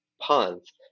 ponds